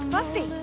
Buffy